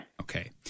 Okay